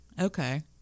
Okay